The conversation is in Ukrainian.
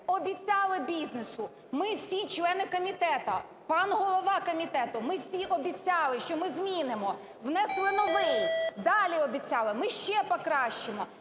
обіцяли бізнесу, ми, всі члени комітету, пан голова комітету, ми всі обіцяли, що ми змінимо. Внесли новий. Далі обіцяли, ми ще покращимо,